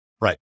Right